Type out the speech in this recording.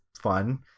fun